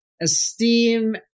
esteem